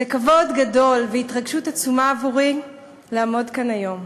זה כבוד גדול והתרגשות עצומה עבורי לעמוד כאן היום.